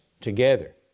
together